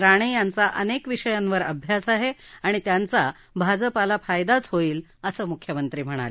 राणे यांचा अनेक विषयांवर अभ्यास आहे आणि त्यांचा भाजपाला फायदाच होईल असं मुख्यमंत्री म्हणाले